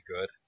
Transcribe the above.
good